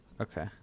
Okay